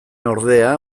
ordea